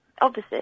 Opposite